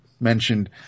mentioned